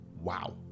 wow